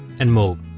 and move.